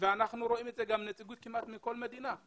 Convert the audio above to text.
ואנחנו רואים שיש נציגות כמעט מכל מדינה.